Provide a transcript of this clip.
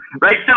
Right